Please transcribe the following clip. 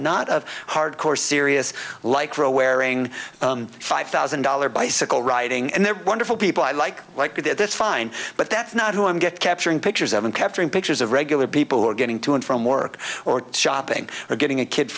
not of hardcore serious lycra wearing five thousand dollars bicycle riding and they're wonderful people i like like that that's fine but that's not who i am get capturing pictures of and capturing pictures of regular people who are getting to and from work or shopping or getting a kid